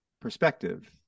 perspective